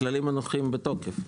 הכללים הנוכחיים בתוקף?